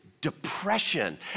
Depression